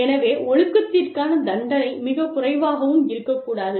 எனவே ஒழுக்கத்திற்கான தண்டனை மிகக் குறைவாகவும் இருக்கக்கூடாது